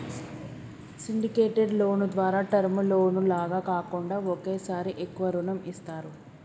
syndicated loan ద్వారా term loan లాగా కాకుండా ఒకేసారి ఎక్కువ రుణం ఇస్తారు